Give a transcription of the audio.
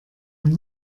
und